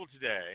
today